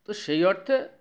তো সেই অর্থে